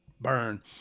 Burn